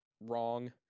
Wrong